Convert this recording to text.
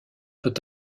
peut